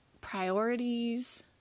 priorities